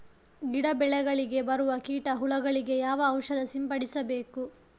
ಗಿಡ, ಬೆಳೆಗಳಿಗೆ ಬರುವ ಕೀಟ, ಹುಳಗಳಿಗೆ ಯಾವ ಔಷಧ ಸಿಂಪಡಿಸಬೇಕು?